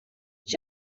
was